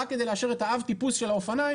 רק כדי לאשר את האב טיפוס של האופניים